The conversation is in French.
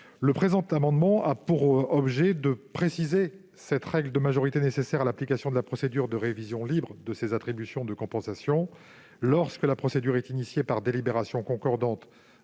Le présent amendement a pour objet de préciser cette règle de majorité nécessaire à l'application de la procédure de révision libre des attributions de compensation lorsque cette procédure est engagée par délibérations concordantes